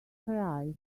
cry